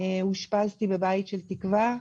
אושפזתי ב"בית של תקווה".